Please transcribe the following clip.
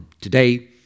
today